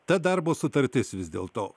ta darbo sutartis vis dėl to